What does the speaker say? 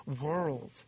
world